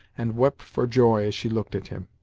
and wept for joy as she looked at him.